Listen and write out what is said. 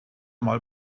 mal